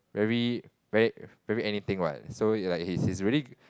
very very very anything what so like he's he's really